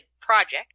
project